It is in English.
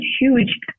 huge